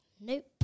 Nope